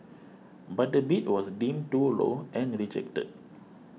but the bid was deemed too low and rejected